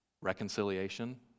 reconciliation